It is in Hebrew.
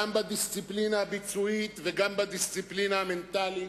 גם בדיסציפלינה הביצועית וגם בדיסציפלינה המנטלית.